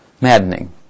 maddening